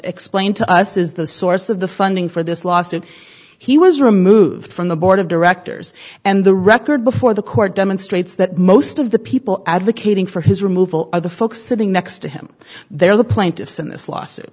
explained to us is the source of the funding for this lawsuit he was removed from the board of directors and the record before the court demonstrates that most of the people advocating for his removal are the folks sitting next to him they are the plaintiffs in this lawsuit